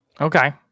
Okay